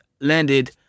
landed